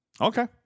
Okay